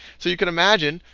so you can imagine,